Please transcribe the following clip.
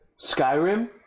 Skyrim